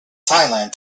thailand